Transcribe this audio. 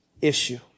issue